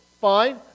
fine